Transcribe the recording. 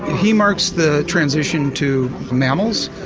he marks the transition to mammals,